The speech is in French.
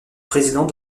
président